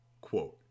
Quote